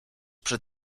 przed